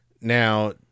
Now